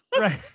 Right